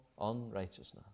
unrighteousness